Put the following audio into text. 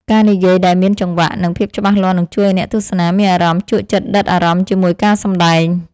ការនិយាយដែលមានចង្វាក់ និង ភាពច្បាស់លាស់នឹងជួយឱ្យអ្នកទស្សនាមានអារម្មណ៍ជក់ចិត្តដិតអារម្មណ៍ជាមួយការសម្តែង។